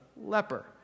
leper